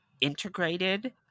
integrated